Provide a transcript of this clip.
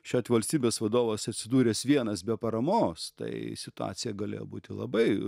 šiuo atveju valstybės vadovas atsidūręs vienas be paramos tai situacija galėjo būti labai